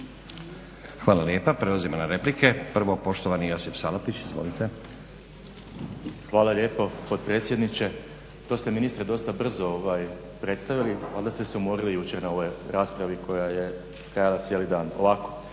Hvala lijepa. Prelazimo na replike. Prvo poštovani Josip Salapić, izvolite. **Salapić, Josip (HDSSB)** Hvala lijepo potpredsjedniče. To ste ministre dosta brzo predstavili, valjda ste se umorili jučer u ovoj raspravi koja je trajala cijeli dan.